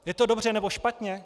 Je to dobře, nebo špatně?